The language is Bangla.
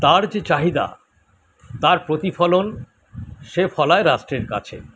তার যে চাহিদা তার প্রতিফলন সে ফলায় রাষ্ট্রের কাছে